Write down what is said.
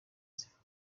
zifite